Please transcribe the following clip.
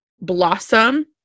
blossom